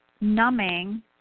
numbing